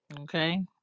Okay